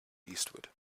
eastward